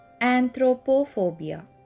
Anthropophobia